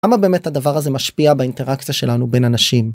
למה באמת הדבר הזה משפיע באינטראקציה שלנו בין אנשים?